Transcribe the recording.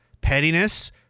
pettiness